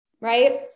Right